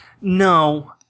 No